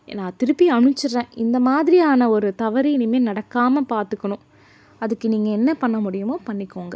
நான் திருப்பி அனுப்ச்சிடறேன் இந்த மாதிரியான ஒரு தவறு இனிமேல் நடக்காமல் பார்த்துக்கணும் அதுக்கு நீங்கள் என்ன பண்ண முடியுமோ பண்ணிக்கோங்க